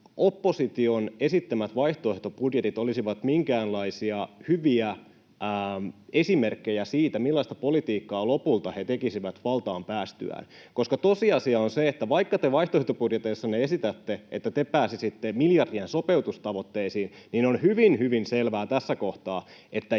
opposition esittämät vaihtoehtobudjetit olisivat minkäänlaisia hyviä esimerkkejä siitä, millaista politiikkaa he lopulta tekisivät valtaan päästyään, koska tosiasia on se, että vaikka te vaihtoehtobudjeteissanne esitätte, että te pääsisitte miljardien sopeutustavoitteisiin, niin on hyvin, hyvin selvää tässä kohtaa, että